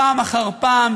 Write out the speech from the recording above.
פעם אחר פעם,